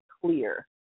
clear